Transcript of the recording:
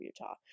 Utah